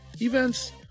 events